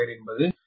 052 என்பது 0